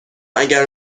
اگر